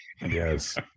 Yes